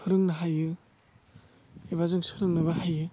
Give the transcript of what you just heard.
फोरोंनो हायो एबा जों सोलोंनोबो हायो